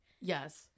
Yes